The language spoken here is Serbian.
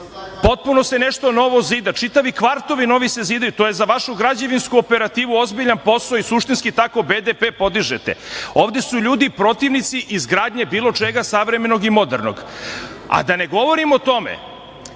potpuno se nešto novo zida, čitavi kvartovi novi se zidaju, to je za vašu građevinsku operativu ozbiljan posao i suštinski tako BDP podižete. Ovde su ljudi protivnici izgradnje bilo čega savremenog i modernog, a da ne govorim o tome